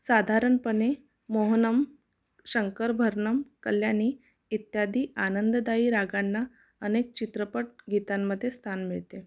साधारणपणे मोहनम शंकरभरणम कल्याणी इत्यादी आनंददायी रागांना अनेक चित्रपट गीतांमध्ये स्थान मिळते